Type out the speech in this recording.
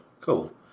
cool